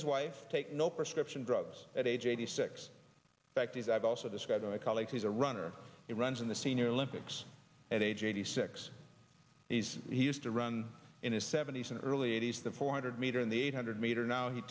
his wife take no prescription drugs at age eighty six factories i've also described my colleague he's a runner it runs in the senior lympics and age eighty six he's he is to run in his seventies and early eighties the four hundred meter in the eight hundred meter now he